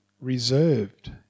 reserved